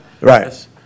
right